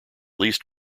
least